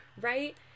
right